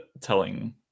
telling